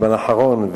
בזמן האחרון,